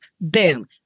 Boom